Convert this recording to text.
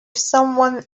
someone